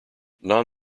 non